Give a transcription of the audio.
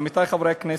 עמיתי חברי הכנסת,